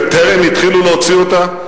וטרם התחילו להוציא אותה,